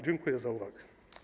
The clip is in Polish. Dziękuję za uwagę.